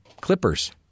clippers